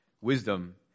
Wisdom